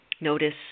Notice